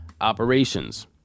operations